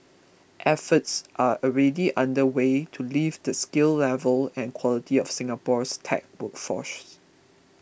efforts are already underway to lift the skill level and quality of Singapore's tech workforce